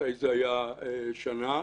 מתי זה היה, שנה.